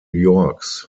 yorks